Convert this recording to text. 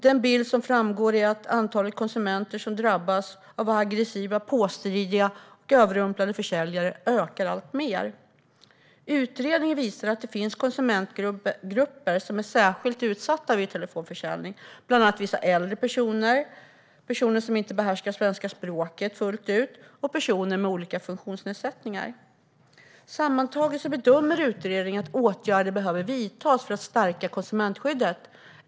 Den bild som framträder är att antalet konsumenter som drabbas av aggressiva, påstridiga och överrumplande försäljare ökar alltmer. Utredningen visar att det finns konsumentgrupper som är särskilt utsatta vid telefonförsäljning, exempelvis vissa äldre personer, personer som inte behärskar svenska språket fullt ut och personer med olika funktionsnedsättningar. Sammantaget bedömer utredningen att åtgärder behöver vidtas för att stärka konsumentskyddet.